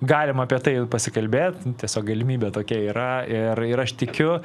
galima apie tai pasikalbėt nu tiesiog galimybė tokia yra ir ir aš tikiu